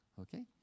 Okay